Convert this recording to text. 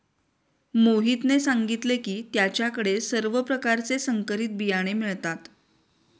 मोहितने सांगितले की त्याच्या कडे सर्व प्रकारचे संकरित बियाणे मिळतात